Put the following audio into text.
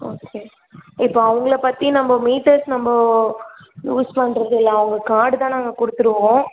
okay இப்போது அவங்கள பற்றி நம்ம மீட்டர்ஸ் நம்ம யூஸ் பண்ணுறது இல்லை அவங்க கார்டு தான் நாங்கள் கொடுத்துடுவோம்